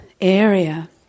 area